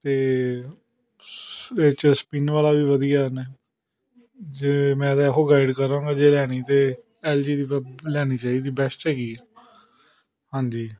ਅਤੇ ਸ ਇਹਦੇ 'ਚ ਸਪਿੰਨ ਵਾਲਾ ਵੀ ਵਧੀਆ ਨੇ ਜੇ ਮੈਂ ਤਾਂ ਇਹੋ ਗਾਈਡ ਕਰਾਂਗਾ ਜੇ ਲੈਣੀ ਤਾਂ ਐੱਲ ਜੀ ਦੀ ਲੈਣੀ ਚਾਹੀਦੀ ਬੈਸਟ ਹੈਗੀ ਹਾਂਜੀ